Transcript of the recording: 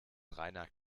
reiner